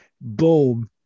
Boom